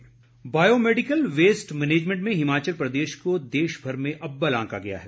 पुरस्कार biomedical waste management में हिमाचल प्रदेश को देशभर में अव्वल आंका गया है